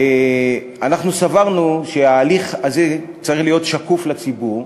אנחנו סברנו שההליך הזה צריך להיות שקוף לציבור,